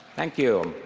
thank you.